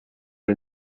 are